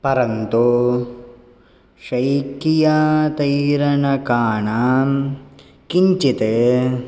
परन्तु शैकियातैरणकानां किञ्चित्